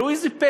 ראו זה פלא: